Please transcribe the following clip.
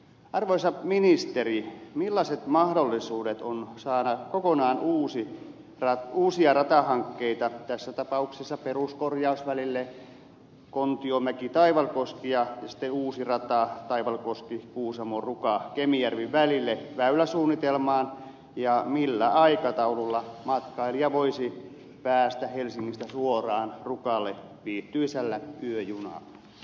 arvoisa ministeri millaiset mahdollisuudet on saada kokonaan uusia ratahankkeita tässä tapauksessa peruskorjaus välille kontiomäkitaivalkoski ja sitten uusi rata taivalkoskikuusamorukakemijärvi välille väyläsuunnitelmaan ja millä aikataululla matkailija voisi päästä helsingistä suoraan rukalle viihtyisällä yöjunalla